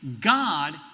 God